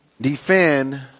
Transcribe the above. defend